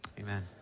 amen